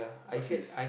what's this